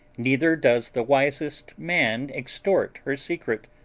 neither does the wisest man extort her secret,